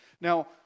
Now